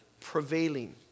prevailing